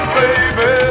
baby